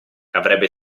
avrebbe